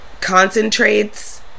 concentrates